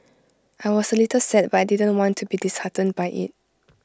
I was A little sad but I didn't want to be disheartened by IT